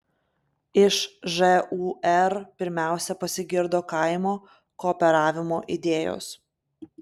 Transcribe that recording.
iš žūr pirmiausia pasigirdo kaimo kooperavimo idėjos